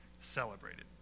celebrated